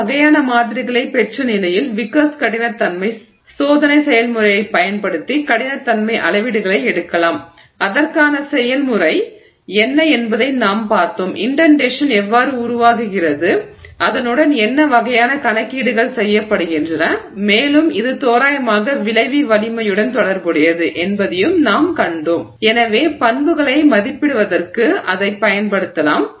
அந்த வகையான மாதிரிகளைப் பெற்ற நிலையில் விக்கர்ஸ் கடினத்தன்மை சோதனை செயல்முறையைப் பயன்படுத்தி கடினத்தன்மை அளவீடுகளை எடுக்கலாம் அதற்கான செயல்முறை என்ன என்பதை நாம் பார்த்தோம் இன்டென்டேஷன் எவ்வாறு உருவாகிறது அதனுடன் என்ன வகையான கணக்கீடுகள் செய்யப்படுகின்றன மேலும் இது தோராயமாக விளைவி நெகிழ்வு வலிமையுடன் தொடர்புடையது என்பதையும் நாம் கண்டோம் எனவே பண்புகளை மதிப்பிடுவதற்கு அதைப் பயன்படுத்தலாம்